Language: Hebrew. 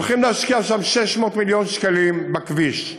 הולכים להשקיע שם 600 מיליון שקלים בכביש.